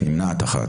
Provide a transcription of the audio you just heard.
4 בעד,